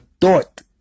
thought